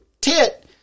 tit